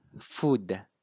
Food